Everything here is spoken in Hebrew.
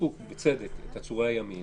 שיתעדפו בצדק את עצורי הימים